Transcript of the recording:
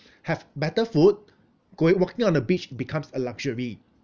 have better food going walking on the beach becomes a luxury